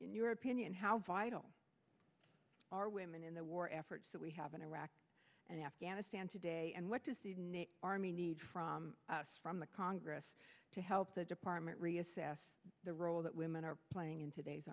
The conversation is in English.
in your opinion how vital are women in the war effort that we have in iraq and afghanistan today and what does the army need from us from the congress to help the department reassess the role that women are playing in today's